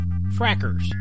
frackers